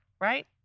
right